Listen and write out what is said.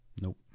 Nope